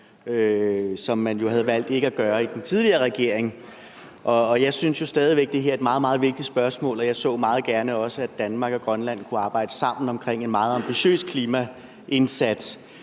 regering havde valgt ikke at foretage. Jeg synes jo stadig væk, det her er et meget, meget vigtigt spørgsmål, og jeg så også meget gerne, at Danmark og Grønland kunne arbejde sammen om en meget ambitiøs klimaindsats.